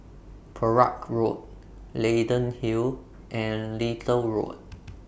Perak Road Leyden Hill and Little Road